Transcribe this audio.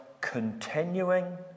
continuing